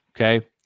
Okay